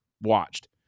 watched